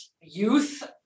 youth